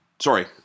sorry